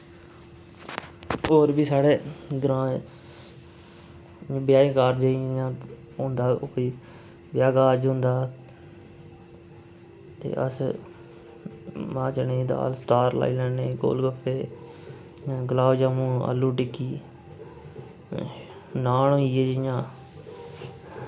होर बी साढ़े ग्राएं दे ब्याह् कारज़ें ई इंया होंदा कोई ब्याह् कारज़ होंदा ते अस मांह् चने दी दाल लाई लैन्ने गोल गफ्फे गुलाब जामुन आलू टिक्की नॉन होइये जियां